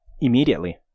immediately